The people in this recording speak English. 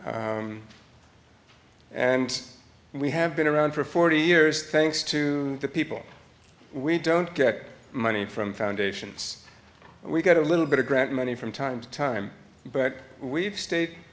and we have been around for forty years thanks to the people we don't get money from foundations we got a little bit of grant money from time to time but we've stayed